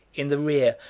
in the rear,